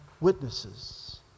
witnesses